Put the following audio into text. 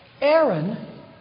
Aaron